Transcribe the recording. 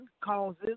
causes